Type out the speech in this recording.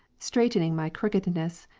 straightening my crookedness,